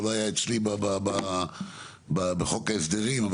זה לא היה אצלי בחוק ההסדרים,